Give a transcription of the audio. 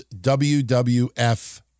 WWF